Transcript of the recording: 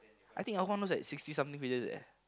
I think our one was sixty something pages eh